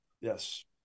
Yes